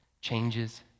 changes